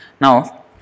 Now